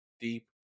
deep